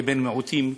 כבן מיעוטים,